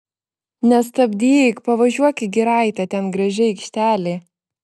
nestabdyk pavažiuok į giraitę ten graži aikštelė